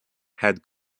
had